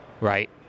right